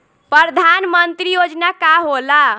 परधान मंतरी योजना का होला?